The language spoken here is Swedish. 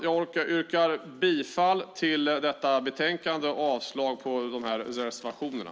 Jag yrkar bifall till utskottets förslag i betänkandet och avslag på reservationerna.